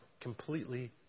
completely